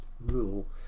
rule